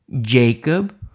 jacob